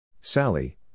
Sally